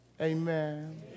Amen